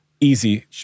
easy